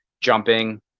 jumping